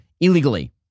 illegally